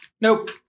nope